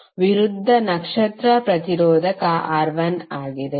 ವಿರುದ್ಧ ನಕ್ಷತ್ರ ಪ್ರತಿರೋಧಕವು R1 ಆಗಿದೆ